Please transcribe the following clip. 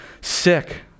sick